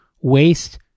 waste